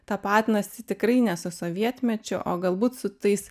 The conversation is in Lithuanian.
tapatinasi tikrai ne su sovietmečiu o galbūt su tais